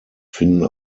finden